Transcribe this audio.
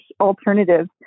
alternatives